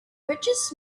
richest